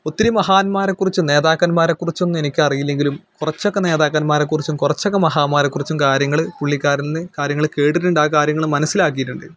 ഒത്തിരി മഹാന്മാരെക്കുറിച്ചും നേതാക്കന്മാരെക്കുറിച്ചൊന്നും എനിക്കറിയില്ലെങ്കിലും കുറച്ചൊക്കെ നേതാക്കന്മാരെക്കുറിച്ചും കുറച്ചൊക്കെ മഹാന്മാരെക്കുറിച്ചും കാര്യങ്ങൾ പുള്ളിക്കാരനിൽ നിന്ന് കാര്യങ്ങൾ കേട്ടിട്ടുണ്ട് ആ കാര്യങ്ങൾ മനസ്സിലാക്കിയിട്ടുണ്ട്